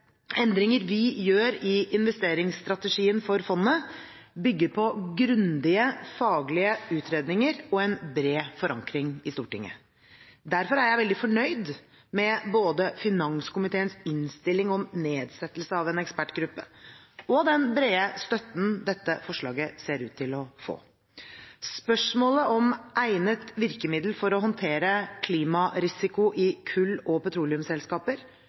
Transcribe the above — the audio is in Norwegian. Endringer vi gjør i investeringsstrategien for fondet, bygger på grundige faglige utredninger og en bred forankring i Stortinget. Derfor er jeg veldig fornøyd med både finanskomiteens innstilling om nedsettelse av en ekspertgruppe og den brede støtten dette forslaget ser ut til å få. Spørsmålet om egnet virkemiddel for å håndtere klimarisiko i kull- og petroleumsselskaper